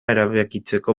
erabakitzeko